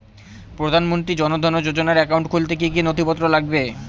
প্রধানমন্ত্রী জন ধন যোজনার একাউন্ট খুলতে কি কি নথিপত্র লাগবে?